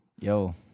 yo